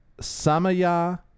Samaya